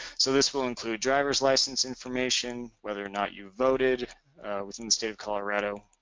so this will include driver's license information, whether or not you voted within the state of colorado,